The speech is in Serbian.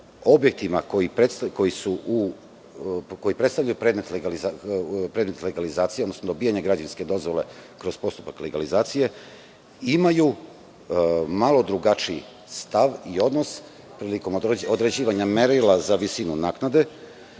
objektima koji predstavljaju predmet legalizacije, odnosno dobijanje građevinske dozvole kroz postupak legalizacije, imaju malo drugačiji stav i odnos prilikom određivanja merila za visinu naknade,